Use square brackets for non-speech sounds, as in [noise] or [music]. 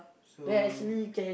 so [noise]